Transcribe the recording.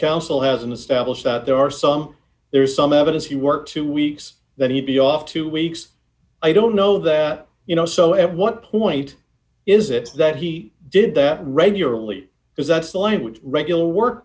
counsel hasn't established that there are some there is some evidence he worked two weeks that he'd be off two weeks i don't know that you know so at what point is it that he did that regularly because that's the language regular work